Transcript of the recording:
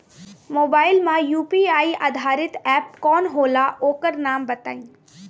Mobile म UPI आधारित app कौन होला ओकर नाम बताईं?